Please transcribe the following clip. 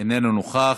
איננו נוכח,